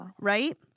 Right